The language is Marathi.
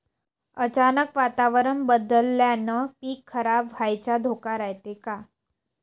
अचानक वातावरण बदलल्यानं पीक खराब व्हाचा धोका रायते का?